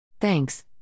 Thanks